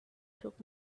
took